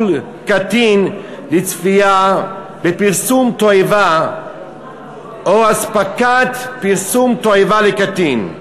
קטין לצפייה בפרסום תועבה או אספקת פרסום תועבה לקטין.